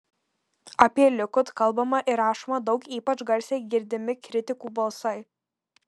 apie likud kalbama ir rašoma daug ypač garsiai girdimi kritikų balsai